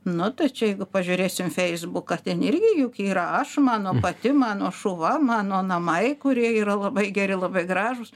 nu tai čia jeigu pažiūrėsim feisbuką ten irgi juk yra aš mano pati mano šuva mano namai kurie yra labai geri labai gražūs